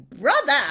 brother